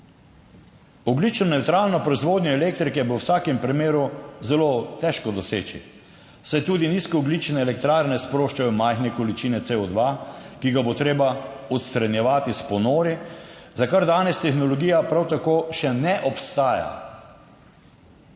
Ogljično nevtralno proizvodnjo elektrike bo v vsakem primeru zelo težko doseči, saj tudi nizkoogljične elektrarne sproščajo majhne količine CO2, ki ga bo treba odstranjevati s ponori, za kar danes tehnologija prav tako še ne obstaja.